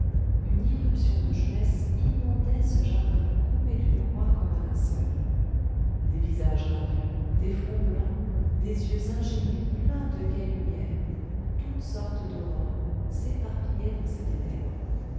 une irruption de jeunesse inondait ce jardin coupé d'une croix comme un linceul des visages radieux des fronts blancs des yeux ingénus pleins de gaie lumière toutes sortes d'aurores s'éparpillaient dans ces ténèbres